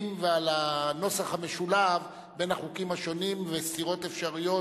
ועל הנוסח המשולב בין החוקים השונים וסתירות אפשריות,